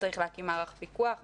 צריך להקים מערך פיקוח,